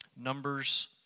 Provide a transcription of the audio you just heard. Numbers